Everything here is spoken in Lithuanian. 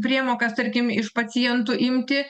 priemokas tarkim iš pacientų imti